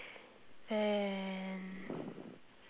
then